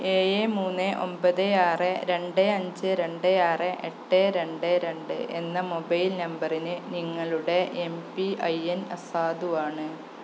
ഏഴ് മൂന്ന് ഒമ്പത് ആറ് രണ്ട് അഞ്ച് രണ്ട് ആറ് എട്ട് രണ്ട് രണ്ട് എന്ന മൊബൈൽ നമ്പറിന് നിങ്ങളുടെ എം പി ഐ എൻ അസാധുവാണ്